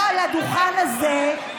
פה על הדוכן הזה,